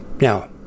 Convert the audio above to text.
Now